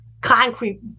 concrete